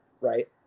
right